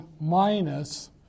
minus